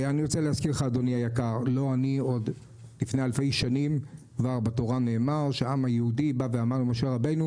לפני הרבה שנים בתורה נאמר שמשה רבנו